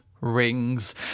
rings